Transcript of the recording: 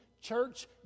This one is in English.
Church